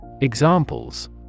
Examples